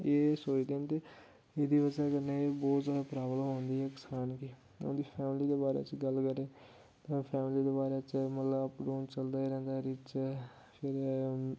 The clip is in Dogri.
एह् सोचदे न ते एह्दी बजह कन्नै बहोत जादे प्रॉब्लम आंदी ऐ किसान गी उं'दी फैमली दे बारे च गल्ल करै तां फैमली दे बारे च मतलब उप डाउन चलदा ही रैहंदा ऐ फिर